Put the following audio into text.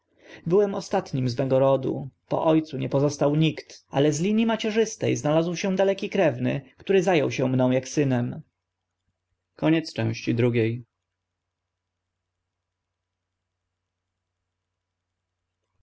byłem ostatnim z mego rodu po o cu nie pozostał nikt co by mógł wziąć mię w opiekę ale z linii macierzyste znalazł się daleki krewny który za ął się mną ak synem